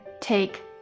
take